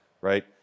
right